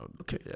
Okay